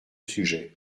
sujet